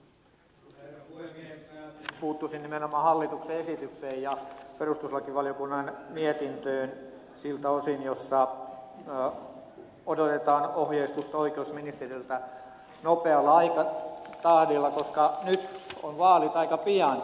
puuttuisin nimenomaan hallituksen esitykseen ja perustuslakivaliokunnan mietintöön siltä osin että odotetaan ohjeistusta oikeusministeriöltä nopealla aikatahdilla koska nyt on vaalit aika pian